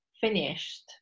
finished